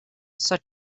such